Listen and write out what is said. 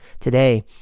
Today